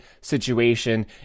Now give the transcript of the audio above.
situation